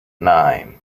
nine